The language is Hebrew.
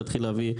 תתחיל להביא,